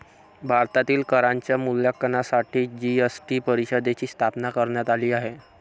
भारतातील करांच्या मूल्यांकनासाठी जी.एस.टी परिषदेची स्थापना करण्यात आली आहे